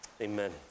amen